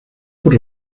por